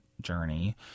journey